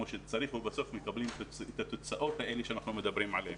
שצריך ובסוף מקבלים את התוצאות האלה שאנחנו מדברים עליהם.